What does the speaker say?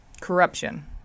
Corruption